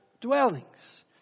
dwellings